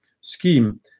scheme